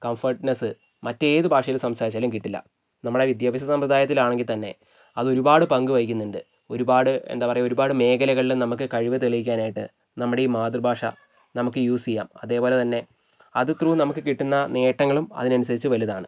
comfortness മറ്റ് ഏത് ഭാഷയിലും സംസാരിച്ചാലും കിട്ടില്ല നമ്മളെ വിദ്യാഭ്യാസ സമ്പ്രദായത്തിൽ ആണെങ്കിൽ തന്നെ അത് ഒരുപാട് പങ്കുവഹിക്കുന്നുണ്ട് ഒരുപാട് എന്താ പറയുക ഒരുപാട് മേഖലകളിൽ നമുക്ക് കഴിവ് തെളിയിക്കാനായിട്ട് നമ്മളുടെ ഈ മാതൃഭാഷ നമുക്ക് യൂസ് ചെയ്യാം അതെപോലെ തന്നെ അത് ത്രൂ നമുക്ക് കിട്ടുന്ന നേട്ടങ്ങളും അതിനനുസരിച്ച് വലുതാണ്